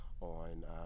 on